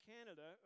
Canada